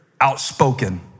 outspoken